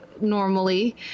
normally